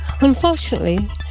Unfortunately